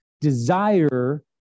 desire